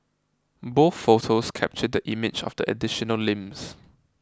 both photos captured the image of the additional limbs